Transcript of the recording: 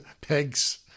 Peg's